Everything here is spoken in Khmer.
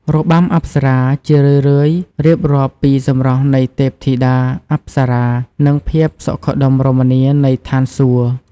របាំអប្សរា ជារឿយៗរៀបរាប់ពីសម្រស់នៃទេពធីតាអប្សរា និងភាពសុខដុមរមនានៃឋានសួគ៌។